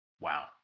Wow